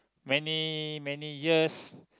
many many years